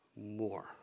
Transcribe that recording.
more